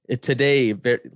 today